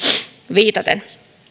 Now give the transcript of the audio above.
viitaten